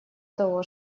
того